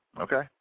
okay